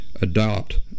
adopt